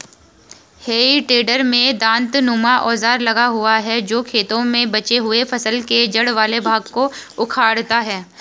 हेइ टेडर में दाँतनुमा औजार लगा होता है जो खेतों में बचे हुए फसल के जड़ वाले भाग को उखाड़ता है